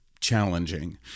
challenging